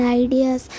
ideas